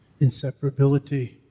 inseparability